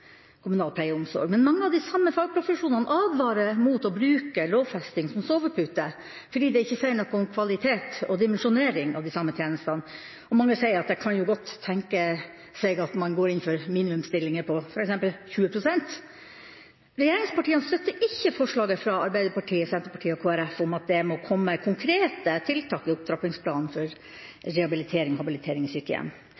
kommunal pleie og omsorg, men mange av de samme fagprofesjonene advarer mot å bruke lovfesting som sovepute, fordi det ikke sier noe om kvalitet og dimensjonering av de samme tjenestene, og mange sier at det jo godt kan tenkes at man går inn for minimumsstillinger på f.eks. 20 pst. Regjeringspartiene støtter ikke forslaget fra Arbeiderpartiet, Senterpartiet og Kristelig Folkeparti om at det må komme konkrete tiltak i opptrappingsplanen